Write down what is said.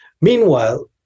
meanwhile